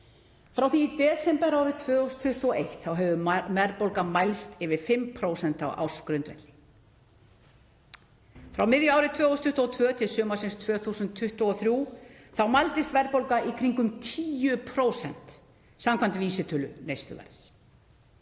Frá því í desember árið 2021 hefur verðbólga mælst yfir 5% á ársgrundvelli. Frá miðju ári 2022 til sumarsins 2023 mældist verðbólga í kringum 10% samkvæmt vísitölu neysluverðs.